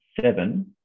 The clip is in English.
seven